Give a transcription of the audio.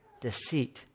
deceit